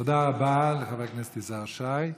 תודה רבה לחבר הכנסת יזהר שי.